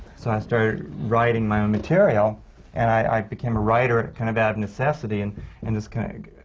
so i started writing my own material and i became a writer kind of out of necessity and and just kind of,